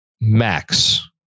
Max